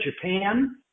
Japan